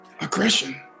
Aggression